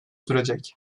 sürecek